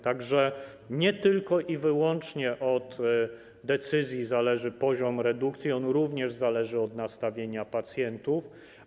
Tak że nie tylko i wyłącznie od decyzji zależy poziom redukcji, on również zależy od nastawienia pacjentów.